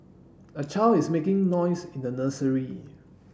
a child is making noise in the nursery